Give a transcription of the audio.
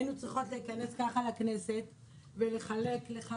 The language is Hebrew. היינו צריכות להיכנס ככה לכנסת ולחלק לך,